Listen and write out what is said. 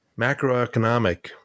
macroeconomic